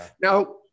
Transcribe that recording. Now